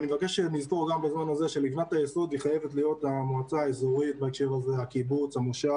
אני מבקש לדעת אם יש לכם תוכנית מבצעית להיום בלילה בערים המעורבות?